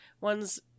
One's